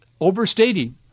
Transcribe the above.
overstating